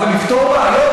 אבל לפתור בעיות,